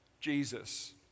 Jesus